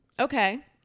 okay